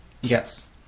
Yes